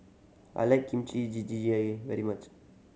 I like Kimchi very much